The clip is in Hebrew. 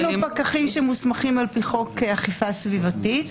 פקחים שמוסמכים על פי חוק אכיפה סביבתית,